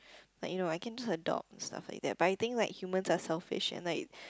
like you know I can just adopt and stuff like that but I think like humans are selfish and like